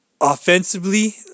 offensively